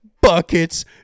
buckets